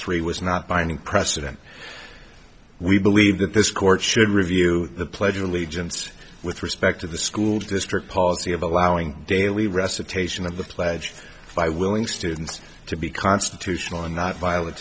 three was not binding precedent we believe that this court should review the pledge of allegiance with respect to the school district policy of allowing daily recitation of the pledge by willing students to be constitutional and not viol